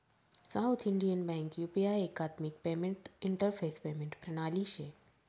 south Indian Bank U P एकात्मिक payment interface payment प्रणाली शे